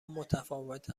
متفاوت